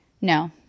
no